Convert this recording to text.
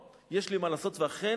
לזיקנה יש הרבה דברים מבורכים.